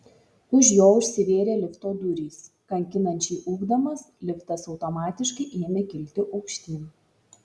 už jo užsivėrė lifto durys kankinančiai ūkdamas liftas automatiškai ėmė kilti aukštyn